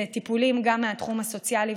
זה טיפולים גם מהתחום הסוציאלי,